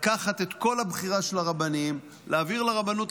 לקחת את כל הבחירה של הרבנים ולהעביר לרבנות,